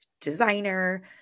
designer